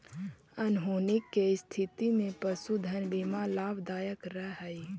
अनहोनी के स्थिति में पशुधन बीमा लाभदायक रह हई